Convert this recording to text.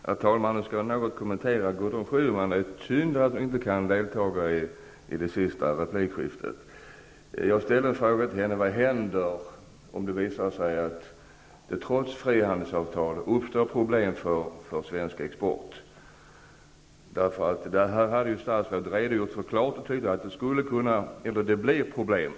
Herr talman! Jag skall något kommentera vad Gudrun Schyman sade. Det är synd att hon inte kan göra ett sista inlägg. Jag frågade Gudrun Schyman: Vad händer om det visar sig att det trots frihandelsavtal uppstår problem för svensk export? Statsrådet har ju klart och tydligt sagt att det i så fall blir problem.